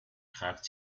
greift